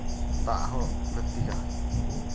ᱫᱟᱜ ᱦᱚᱸ ᱞᱟᱹᱠᱛᱤ ᱠᱟᱱᱟ